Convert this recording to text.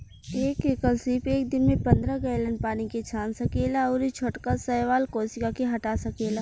एक एकल सीप एक दिन में पंद्रह गैलन पानी के छान सकेला अउरी छोटका शैवाल कोशिका के हटा सकेला